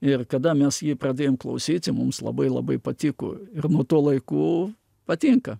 ir kada mes jį pradėjom klausyti mums labai labai patiko ir nuo to laikų patinka